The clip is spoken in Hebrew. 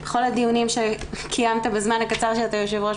בכל הדיונים שקיימת בזמן הקצר שאתה היו"ר,